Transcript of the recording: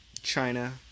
China